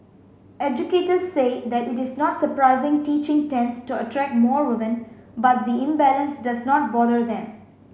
educators said that it is not surprising teaching tends to attract more women but the imbalance does not bother them